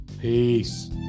peace